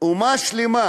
אומה שלמה